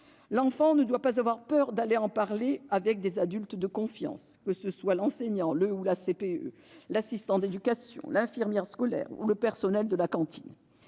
L'enfant ne doit pas avoir peur d'aller en parler avec des adultes de confiance, que ce soit l'enseignant, le conseiller principal d'éducation (CPE), l'assistant d'éducation, l'infirmière scolaire ou le personnel de la cantine.